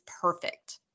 perfect